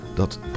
dat